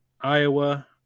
Iowa